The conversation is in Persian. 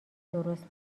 درست